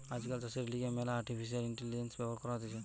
আজকাল চাষের লিগে ম্যালা আর্টিফিশিয়াল ইন্টেলিজেন্স ব্যবহার করা হতিছে